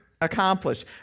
accomplished